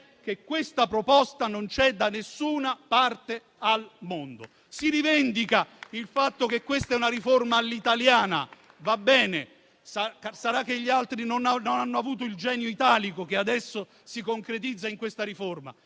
che viene proposto non c'è da alcuna parte al mondo. Si rivendica il fatto che questa è una riforma all'italiana. Va bene, sarà che gli altri non hanno avuto il genio italico che adesso si concretizza in questa riforma,